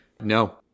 No